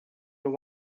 know